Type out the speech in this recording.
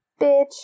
bitch